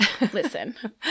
Listen